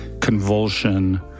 convulsion